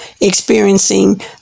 experiencing